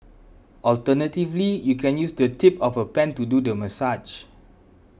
alternatively you can use the tip of a pen to do the massage